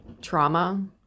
trauma